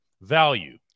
value